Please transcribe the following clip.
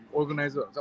organizer